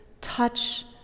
touch